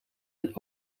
een